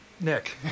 Nick